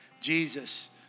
Jesus